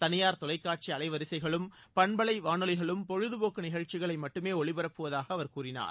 தனியார் தொலைக்காட்சி அலைவரிசைகளும் பண்பலை வானொலிகளும் பொழுது போக்கு நிகழ்ச்சிகளை மட்டுமே ஒலிபரப்புவதாக அவர் கூறினார்